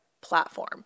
platform